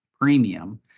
premium